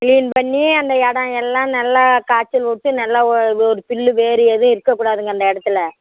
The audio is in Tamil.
கிளீன் பண்ணி அந்த இடோம் எல்லாம் நல்லா காய்ச்சல் விட்டு நல்லா ஓ ஒரு புல்லு வேர் எதுவும் இருக்கக்கூடாதுங்க அந்த இடத்துல